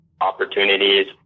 opportunities